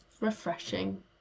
Refreshing